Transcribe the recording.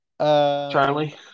charlie